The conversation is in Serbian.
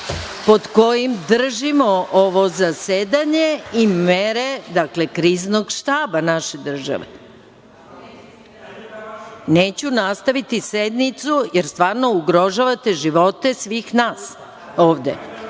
pod kojim držimo ovo zasedanje i mere kriznog štaba naše države. Neću nastaviti sednicu, jer ugrožavate živote svih nas ovde.